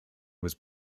was